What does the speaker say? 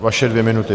Vaše dvě minuty.